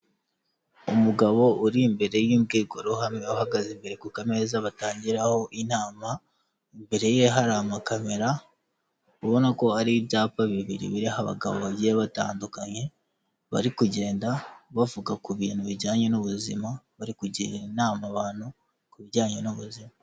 Umugabo uri imbere y'imbwirwaruhame, uhagaze imbere ku kameza batangiraho inama, imbere ye hari amakamera, ubona ko hari ibyapa bibiri biriho abagabo bagiye batandukanye, bari kugenda bavuga ku bintu bijyanye n'ubuzima, bari kugira inama abantu ku bijyanye n'ubuzima.